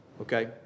Okay